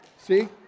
See